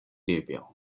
列表